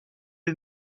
les